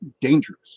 dangerous